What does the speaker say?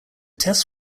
tests